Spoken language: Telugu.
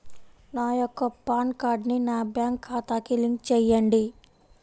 నా యొక్క పాన్ కార్డ్ని నా బ్యాంక్ ఖాతాకి లింక్ చెయ్యండి?